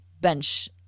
bench